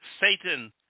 Satan